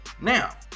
now